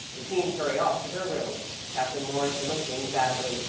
the teams hurry off to their rooms, captain lawrence limping badly.